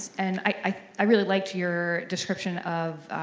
and i really liked your description of